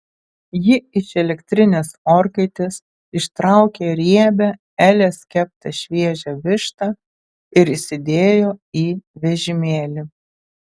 ji iš elektrinės orkaitės ištraukė riebią elės keptą šviežią vištą ir įsidėjo į vežimėlį